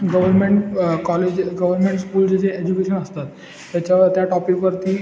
government college government स्कूलचे जे education असतात त्याच्यावर त्या टॉपिकवरती